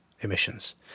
emissions